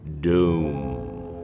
Doom